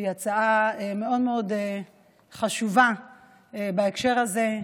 שהיא הצעה מאוד מאוד חשובה בהקשר הזה,